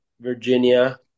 Virginia